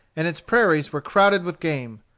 and its prairies were crowded with game.